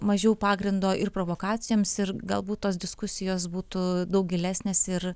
mažiau pagrindo ir provokacijoms ir galbūt tos diskusijos būtų daug gilesnės ir